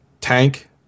tank